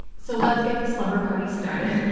so let's get the slumber party started.